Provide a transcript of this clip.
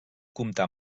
comptà